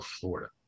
Florida